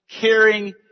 caring